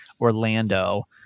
Orlando